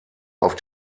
auf